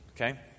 okay